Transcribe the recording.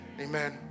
Amen